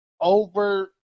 over